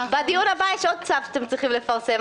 בדיון הבא יש עוד צו שאתם צריכים לפרסם,